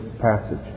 passage